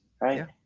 right